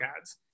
ads